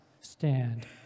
stand